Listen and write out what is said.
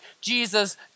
Jesus